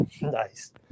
Nice